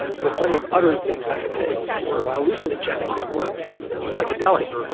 there were plenty of other things i could take that were hallucinogenic, that were you know psychedelic.